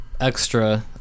extra